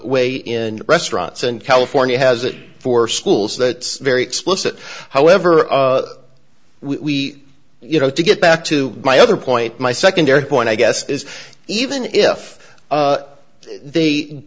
way in restaurants and california has it for schools that very explicit however we you know to get back to my other point my secondary point i guess is even if they